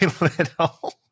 little